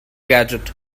gadget